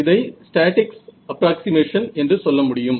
இதை statics approximation என்று சொல்ல முடியும்